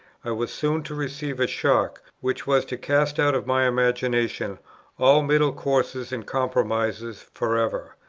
i was soon to receive a shock which was to cast out of my imagination all middle courses and compromises for ever.